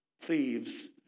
thieves